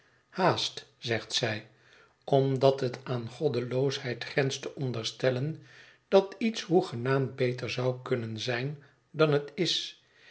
haast zegt zij omdat het aan goddeloosheid grenst te onderstellen dat iets hoegenaamd beter zou kunnen zijn dan het is